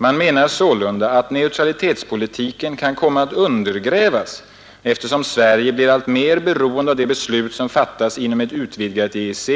Man menar sålunda att neutralitetspolitiken kan komma att undergrävas, eftersom Sverige blir allt mer beroende av de beslut som fattas inom ett utvidgat EEC